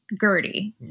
Gertie